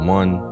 one